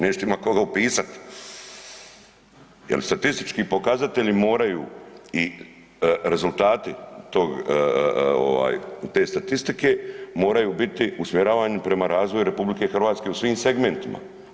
Nećete imati koga upisati jer statistički pokazatelji moraju i rezultati tog, te statistike moraju biti usmjeravani prema razvoju RH u svim segmentima.